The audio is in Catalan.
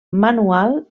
manual